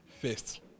first